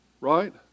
Right